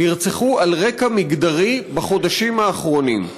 נרצחו על רקע מגדרי בחודשים האחרונים.